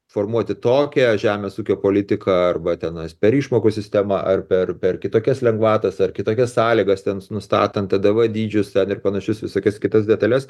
formuoti tokią žemės ūkio politiką arba tenais per išmokų sistemą ar per per kitokias lengvatas ar kitokias sąlygas tens nustatant tada va dydžius ar ir panašius visokias kitas detales